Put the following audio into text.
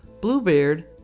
Bluebeard